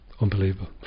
unbelievable